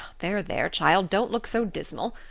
there, there, child, don't look so dismal.